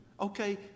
Okay